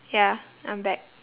ya I'm back